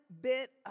bit